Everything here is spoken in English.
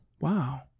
wow